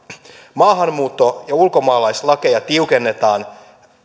maahanmuutto ja ulkomaalaislakeja tiukennetaan